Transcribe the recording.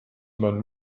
man